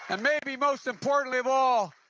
and maybe, most importantly of all,